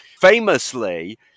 Famously